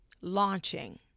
launching